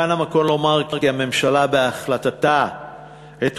כאן המקום לומר כי הממשלה בהחלטתה אתמול